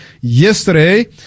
yesterday